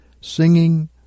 singing